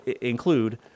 include